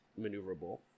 maneuverable